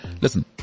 listen